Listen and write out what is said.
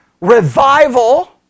Revival